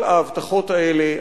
כל ההבטחות האלה,